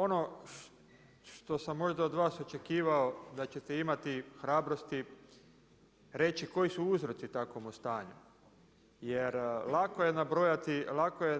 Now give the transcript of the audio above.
Ono što sam možda od vas očekivao da ćete imati hrabrosti reći koji su uzroci takvomu stanju jer lako je